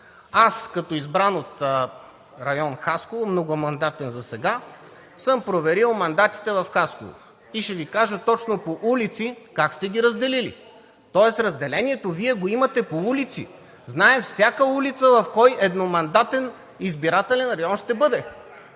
Аз, като избран от район Хасково, многомандатен засега, съм проверил мандатите в Хасково и ще Ви кажа точно по улици как сте ги разделили. Тоест разделението Вие го имате по улици. Знае се всяка улица в кой едномандатен избирателен район ще бъде.